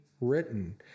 written